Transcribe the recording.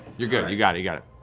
you're good, you got you got it.